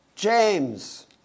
James